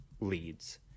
leads